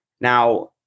Now